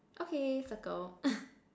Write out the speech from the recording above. okay circle